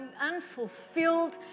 unfulfilled